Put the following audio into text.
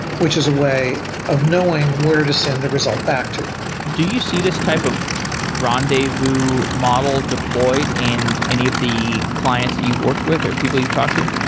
which is a way of knowing where to send the result back to do you see this type of rendezvous model deployed in any of the clients that you've worked with or people you've talked to?